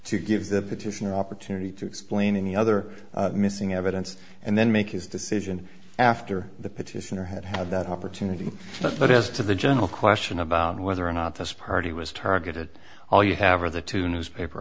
to give the petitioner opportunity to explain any other missing evidence and then make his decision after the petitioner had had that opportunity but as to the general question about whether or not this party was targeted all you have are the two newspaper